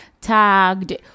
tagged